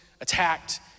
attacked